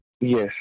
Yes